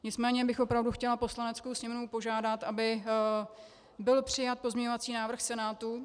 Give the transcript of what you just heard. Nicméně bych opravdu chtěla Poslaneckou sněmovnu požádat, aby byl přijat pozměňovací návrh Senátu.